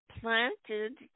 Planted